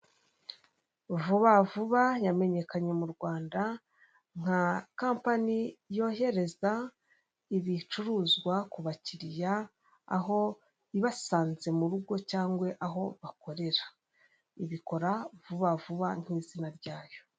Vuba vuba yamenyekanye mu Rwanda nka kampani yohereza ibicuruzwa ku bakiliya aho ibasanze mu rugo cyangwa aho bakorera, ibikora vuba vuba nk'izina ryayo.